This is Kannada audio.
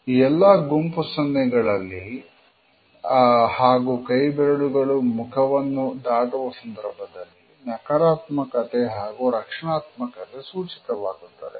ಈ ಎಲ್ಲಾ ಗುಂಪು ಸನ್ನೆಗಳಲ್ಲಿ ಹಾಗೂ ಕೈಬೆರಳುಗಳು ಮುಖವನ್ನು ದಾಟುವ ಸಂದರ್ಭದಲ್ಲಿ ನಕಾರಾತ್ಮಕತೆ ಹಾಗೂ ರಕ್ಷಣಾತ್ಮಕತೆ ಸೂಚಿತವಾಗುತ್ತದೆ